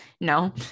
no